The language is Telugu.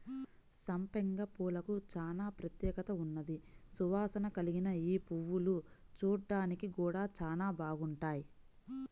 సంపెంగ పూలకు చానా ప్రత్యేకత ఉన్నది, సువాసన కల్గిన యీ పువ్వులు చూడ్డానికి గూడా చానా బాగుంటాయి